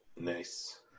Nice